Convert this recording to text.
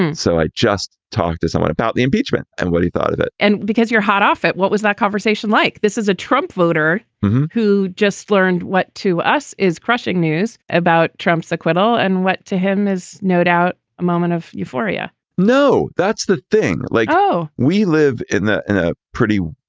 and so i just talked to someone about the impeachment and what he thought of it and because you're hot off it. what was that conversation like? this is a trump voter who just learned what to us is crushing news about trump's acquittal and what to him is no doubt a moment of euphoria no, that's the thing. like, oh, we live in a pretty,